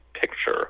picture